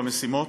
במשימות: